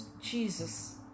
Jesus